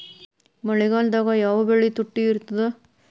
ಮಳೆಗಾಲದಾಗ ಯಾವ ಬೆಳಿ ತುಟ್ಟಿ ಇರ್ತದ?